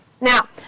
Now